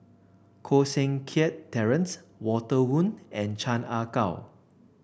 Koh Seng Kiat Terence Walter Woon and Chan Ah Kow